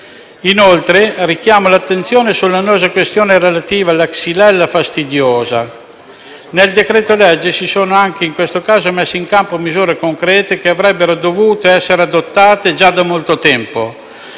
inoltre, l'attenzione sull'annosa questione relativa alla xylella fastidiosa. Nel decreto-legge si sono anche in questo caso messe in campo misure concrete che avrebbero dovuto essere adottate già da molto tempo